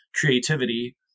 creativity